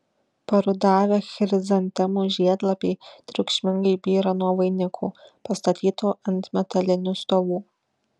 parudavę chrizantemų žiedlapiai triukšmingai byra nuo vainikų pastatytų ant metalinių stovų